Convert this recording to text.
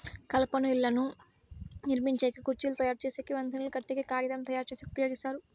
కలపను ఇళ్ళను నిర్మించేకి, కుర్చీలు తయరు చేసేకి, వంతెనలు కట్టేకి, కాగితంను తయారుచేసేకి ఉపయోగిస్తారు